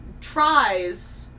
tries